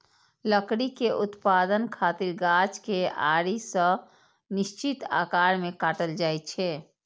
लकड़ी के उत्पादन खातिर गाछ कें आरी सं निश्चित आकार मे काटल जाइ छै